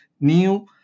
new